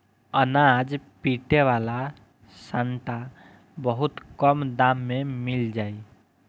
अनाज पीटे वाला सांटा बहुत कम दाम में मिल जाई